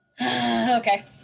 Okay